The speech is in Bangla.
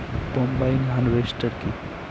কম্বাইন হারভেস্টার কি?